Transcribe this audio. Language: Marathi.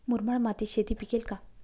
मुरमाड मातीत शेती पिकेल का?